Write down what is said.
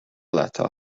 letter